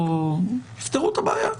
תפתרו את הבעיה,